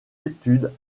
études